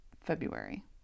February